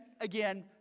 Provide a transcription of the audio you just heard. Again